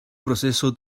proceso